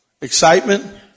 Excitement